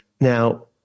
now